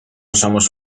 somos